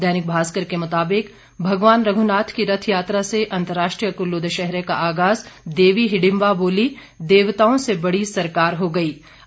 दैनिक भास्कर के मुताबिक भगवान रघुनाथ की रथ यात्रा से अंतर्राष्ट्रीय कुल्लू दशहरे का आगाज़ देवी हिडिंबा बोली देवताओं से बड़ी सरकार हो गई रुष्ठ दिखा देवता धूंबल